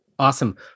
Awesome